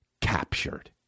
captured